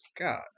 God